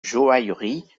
joaillerie